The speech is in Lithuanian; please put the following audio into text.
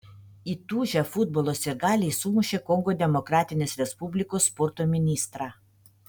įtūžę futbolo sirgaliai sumušė kongo demokratinės respublikos sporto ministrą